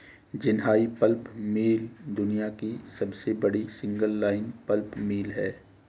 Jinhai pulp mill दुनिया की सबसे बड़ी सिंगल लाइन पल्प मिल है